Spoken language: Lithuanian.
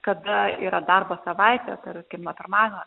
kada yra darbo savaitės ir kaip nuo pirmadienio